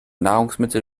nahrungsmittel